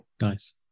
Nice